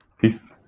Peace